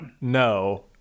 no